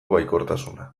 baikortasuna